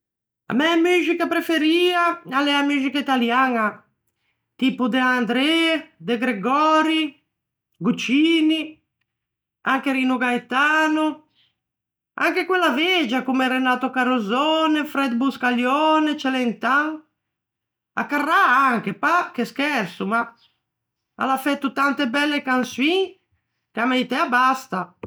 A mæ muxica preferia a l'é a muxica italiaña, tipo De André, De Gregori, Guccini, anche Rino Gaetano, anche quella vegia comme Renato Carosone, Fred Buscaglione, Celentan. A Carrà anche, pâ che scherso, ma a l'à fæto tante belle cansoin, che a meitæ a basta.